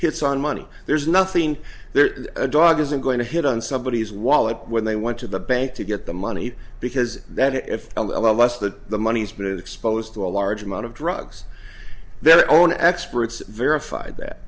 hits on money there's nothing there's a dog isn't going to hit on somebody is wallop when they went to the bank to get the money because that if a lot less than the money has been exposed to a large amount of drugs their own experts verified that